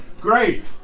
Great